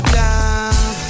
down